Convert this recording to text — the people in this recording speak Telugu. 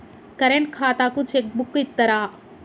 కరెంట్ ఖాతాకు చెక్ బుక్కు ఇత్తరా?